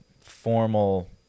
formal